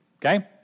Okay